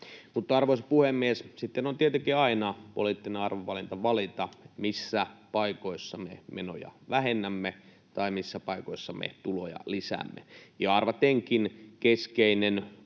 arvoisa puhemies, sitten on tietenkin aina poliittinen arvovalinta valita, missä paikoissa me menoja vähennämme tai missä paikoissa me tuloja lisäämme. Ja arvatenkin keskeinen poliittisen